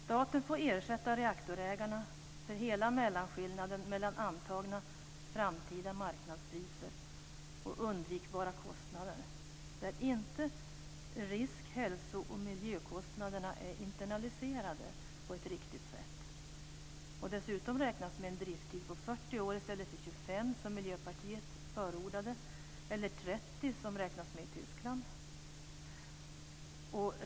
Staten får ersätta reaktorägarna för hela mellanskillnaden mellan antagna framtida marknadspriser och undvikbara kostnader, där risk-, hälso och miljökostnaderna inte är internaliserade på ett riktigt sätt. Dessutom räknas med en drifttid på 40 år i stället för de 25 år som Miljöpartiet förordade eller 30 som man räknar med i Tyskland.